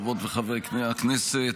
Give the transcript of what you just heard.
חברות וחברי הכנסת,